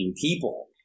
people